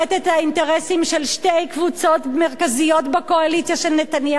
האינטרסים של שתי קבוצות מרכזיות בקואליציה של נתניהו: